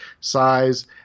size